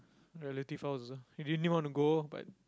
relative house also I didn't really want to go but